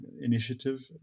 initiative